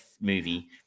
movie